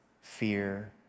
fear